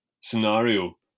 scenario